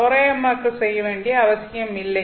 தோராயமாக்கல் செய்ய வேண்டிய அவசியமில்லை